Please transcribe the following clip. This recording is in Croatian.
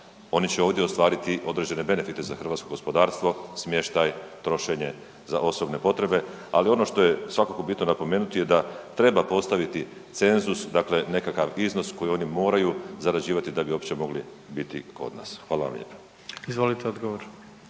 Oni će ovdje ostvariti određene benefite za hrvatskog gospodarstvo, smještaj, trošenje za osobne potrebe, ali ono što je svakako bitno napomenuti je da treba postaviti cenzus, dakle nekakav iznos koji oni moraju zarađivati da bi uopće mogli biti kod nas. Hvala vam lijepo. **Jandroković,